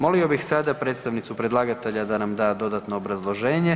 Molio bih sada predstavnicu predlagatelja da nam da dodatno obrazloženje.